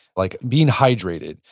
like being hydrated,